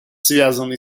связанный